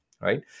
right